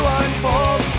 unfold